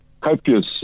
copious